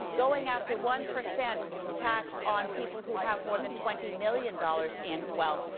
going after one percent tax on people who have more than twenty million dollars in wealth,